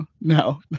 no